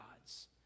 gods